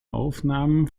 aufnahmen